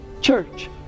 church